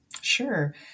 Sure